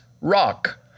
rock